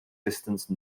distance